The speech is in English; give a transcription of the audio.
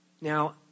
Now